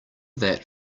that